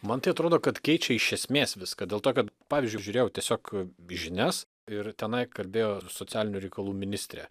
man tai atrodo kad keičia iš esmės viską dėl to kad pavyzdžiui žiūrėjau tiesiog žinias ir tenai kalbėjo socialinių reikalų ministrė